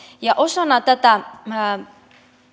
osana tätä